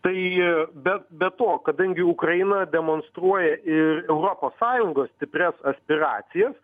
tai be be to kadangi ukraina demonstruoja ir europos sąjungos stiprias aspiracijas